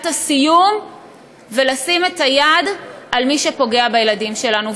הסיום ולשים את היד על מי שפוגע בילדים שלנו.